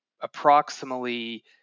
approximately